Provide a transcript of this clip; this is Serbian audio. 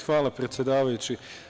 Hvala, predsedavajući.